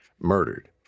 murdered